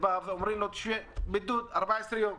אומרים לו: תצא לבידוד של 14 ימים.